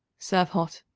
serve hot.